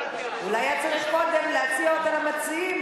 אולי היה צריך קודם להציע אותה למציעים,